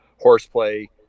horseplay